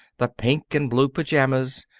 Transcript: the pink and blue pajamas,